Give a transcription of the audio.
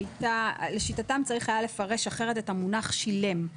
היה צריך לפרש אחרת את המונח "שילם".